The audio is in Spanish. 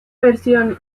versión